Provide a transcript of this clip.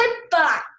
Goodbye